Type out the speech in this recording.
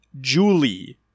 Julie